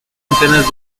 antenas